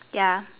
ya